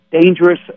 dangerous